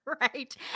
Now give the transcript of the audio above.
right